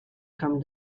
came